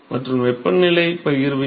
மற்றும் வெப்பநிலை பகிர்வு என்ன